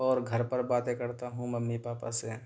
اور گھر پر باتیں کرتا ہوں ممی پاپا سے